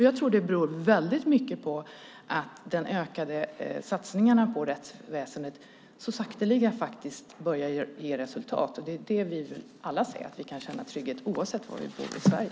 Jag tror att det beror väldigt mycket på att de ökade satsningarna på rättsväsendet så sakteliga börjar ge resultat. Och vi vill väl alla att vi kan känna trygghet oavsett var vi bor i Sverige.